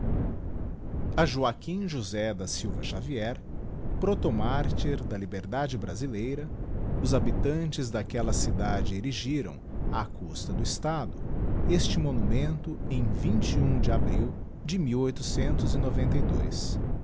a joaquim josé da silva xavier protomartyr da liberdade brasileira os habitantes d'aquella cidade erigiram d custa do estado este monumento em de abril de